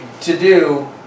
to-do